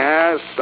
Yes